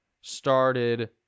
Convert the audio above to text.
started